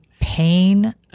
pain